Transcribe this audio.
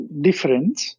different